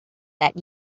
that